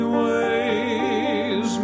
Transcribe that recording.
ways